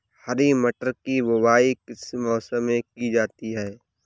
हरी मटर की बुवाई किस मौसम में की जाती है?